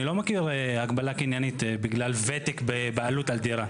אני לא מכיר הגבלה קניינית בגלל ותק בבעלות על דירה.